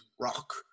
rock